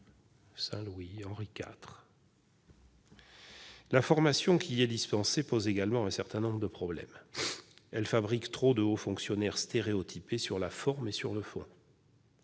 Saint-Louis ou Henri-IV. La formation dispensée à l'ENA pose également un certain nombre de problèmes : elle fabrique trop de hauts fonctionnaires stéréotypés, sur la forme et sur le fond.